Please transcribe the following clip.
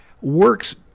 works